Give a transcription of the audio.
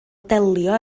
delio